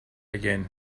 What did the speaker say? again